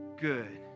good